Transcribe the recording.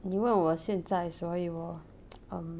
你问我现在所以我 um